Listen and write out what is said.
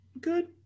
Good